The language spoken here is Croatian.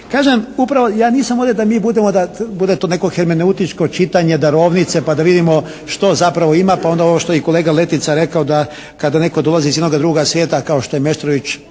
Kažem upravo ja nisam ovdje da mi budemo, da bude to neko hermeneutičko čitanje darovnice pa da vidimo što zapravo ima? Pa onda ono što je i kolega Letica rekao da kada netko dolazi iz jednoga drugoga svijeta kao što je Meštrović